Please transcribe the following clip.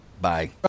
Bye